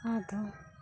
ᱟᱫᱚ